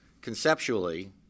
Conceptually